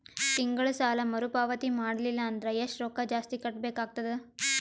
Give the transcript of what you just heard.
ತಿಂಗಳ ಸಾಲಾ ಮರು ಪಾವತಿ ಮಾಡಲಿಲ್ಲ ಅಂದರ ಎಷ್ಟ ರೊಕ್ಕ ಜಾಸ್ತಿ ಕಟ್ಟಬೇಕಾಗತದ?